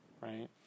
right